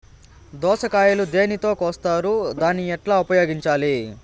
దోస కాయలు దేనితో కోస్తారు దాన్ని ఎట్లా ఉపయోగించాలి?